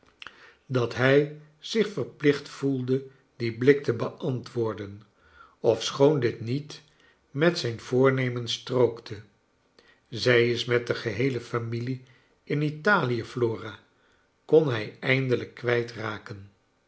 dat hij zich verplicht voelde dien blik te beantwoorden ofschoon dit niet met zijn voornemen strookte zij is met de geheele familie in italie flora kon hij eindelijk